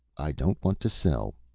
i don't want to sell.